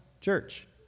church